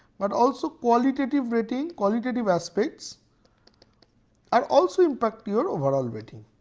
but also qualitative rating, qualitative aspects are also impact your overall rating.